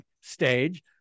stage